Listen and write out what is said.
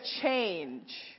change